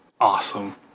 Awesome